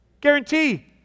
Guarantee